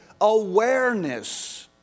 awareness